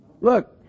Look